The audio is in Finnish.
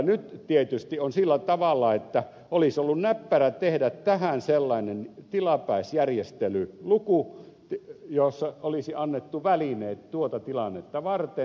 nyt tietysti on sillä tavalla että olisi ollut näppärä tehdä tähän sellainen tilapäisjärjestelyluku jossa olisi annettu välineet tuota tilannetta varten